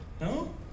No